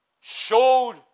showed